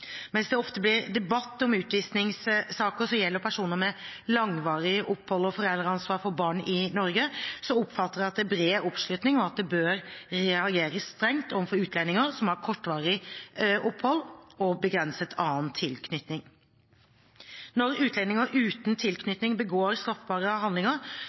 Mens det ofte blir debatt om utvisningssaker som gjelder personer med langvarig opphold og foreldreansvar for barn i Norge, oppfatter jeg at det er bred oppslutning om at det bør reageres strengt overfor utlendinger som har kortvarig opphold og begrenset annen tilknytning. Når utlendinger uten tilknytning begår straffbare handlinger,